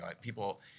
People